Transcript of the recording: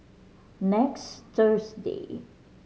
next Thursday